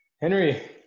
Henry